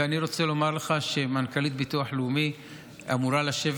ואני רוצה לומר לך שמנכ"לית ביטוח לאומי אמורה לשבת